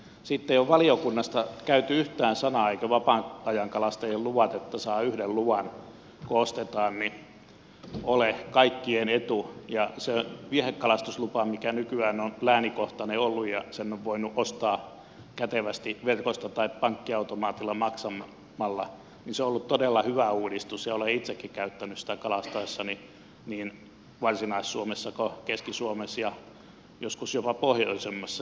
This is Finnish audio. siitä ei ole valiokunnassa sanottu yhtään sanaa eivätkä vapaa ajankalastajien luvat että saa yhden luvan kun ostetaan ole kaikkien etu ja se viehekalastuslupa mikä nykyään on läänikohtainen ollut ja sen on voinut ostaa kätevästi verkosta tai pankkiautomaatilla maksamalla on ollut todella hyvä uudistus ja olen itsekin käyttänyt sitä kalastaessani niin varsinais suomessa kuin keski suomessa ja joskus jopa pohjoisemmassa